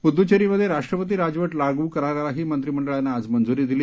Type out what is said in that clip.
पुद्द्वेरीमध्ये राष्ट्रपती राजवट लागू करायलाही मंत्रीमंडळानं आज मंजूरी दिली